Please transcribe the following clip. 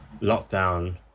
lockdown